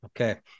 Okay